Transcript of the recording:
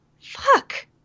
fuck